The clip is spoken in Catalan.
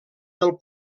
del